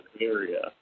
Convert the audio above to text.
area